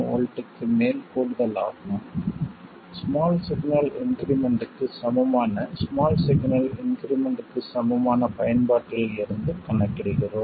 7 Vக்கு மேல் கூடுதல் ஆகும் ஸ்மால் சிக்னல் இன்க்ரிமெண்ட்க்குச் சமமான ஸ்மால் சிக்னல் இன்க்ரிமெண்ட்க்குச் சமமான பயன்பாட்டில் இருந்து கணக்கிடுகிறோம்